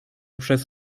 przez